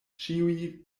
ĉiuj